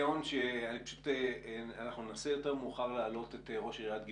אנחנו ננסה יותר מאוחר להעלות את ראש עיריית גבעתיים,